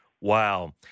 Wow